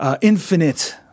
infinite